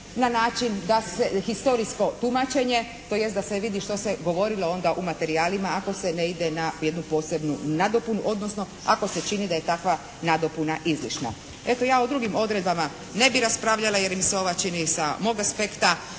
na način da se, historijsko tumačenje, tj. da se vidi što se govorilo onda u materijalima ako se ne ide na jednu posebnu nadopunu, odnosno ako se čini da je takva nadopuna izriješna. Eto ja o drugim odredbama ne bih raspravljala jer mi se činjenica s mog aspekta